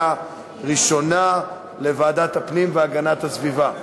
התשע"ה 2015, לוועדת הפנים והגנת הסביבה נתקבלה.